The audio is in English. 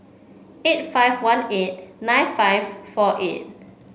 eight five one eight nine five four eight